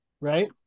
right